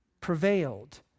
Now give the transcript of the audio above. Prevailed